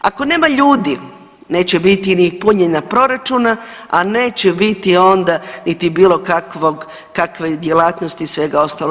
Ako nema ljudi neće biti ni punjenja proračuna, a neće biti onda niti bilo kakvog, kakve djelatnosti i svega ostalo.